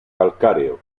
calcáreo